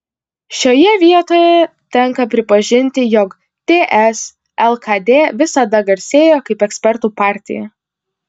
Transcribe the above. šioje vietoje tenka pripažinti jog ts lkd visada garsėjo kaip ekspertų partija